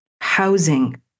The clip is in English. Housing